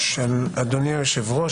אדוני היושב-ראש,